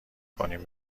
کنیم